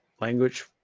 language